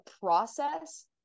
process